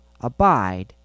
abide